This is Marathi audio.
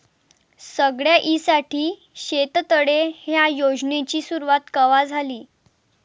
सगळ्याइसाठी शेततळे ह्या योजनेची सुरुवात कवा झाली?